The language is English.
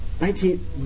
Nineteen